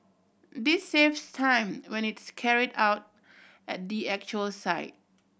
this saves time when it is carried out at the actual site